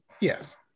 Yes